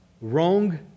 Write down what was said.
wrong